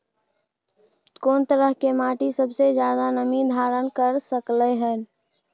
कोन तरह के माटी सबसे ज्यादा नमी धारण कर सकलय हन?